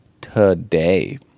today